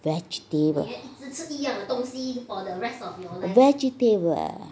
vegetable vegetable